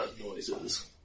noises